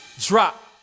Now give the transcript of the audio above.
drop